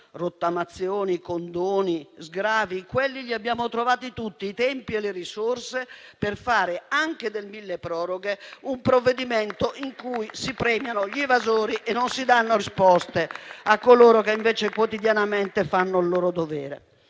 rottamazioni, condoni e sgravi: per questi abbiamo trovato tutto il tempo e le risorse per fare anche del milleproroghe un provvedimento con cui si premiano gli evasori e non si danno risposte a coloro che invece quotidianamente fanno il loro dovere.